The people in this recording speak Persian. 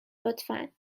لطفا